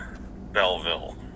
Belleville